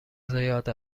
زیاد